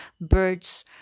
birds